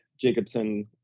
Jacobson